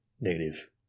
Negative